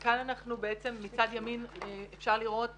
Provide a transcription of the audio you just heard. מצד ימין אפשר לראות